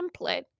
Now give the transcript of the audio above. template